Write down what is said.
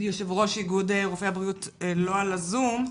יושב-ראש איגוד רופאי הבריאות, לא על הזום.